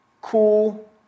cool